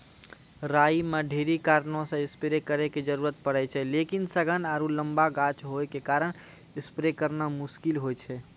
राई मे ढेरी कारणों से स्प्रे करे के जरूरत पड़े छै लेकिन सघन आरु लम्बा गाछ होय के कारण स्प्रे करना मुश्किल होय छै?